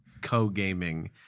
co-gaming